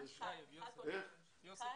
הנושא של החיילים הבודדים,